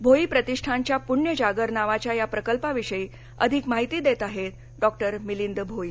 भोई प्रतिष्ठानच्या पुण्यजागर नावाच्या या प्रकल्पाविषयी अधिक माहिती देत आहेत डॉक्टर मिलिंद भोई